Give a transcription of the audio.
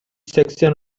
seksen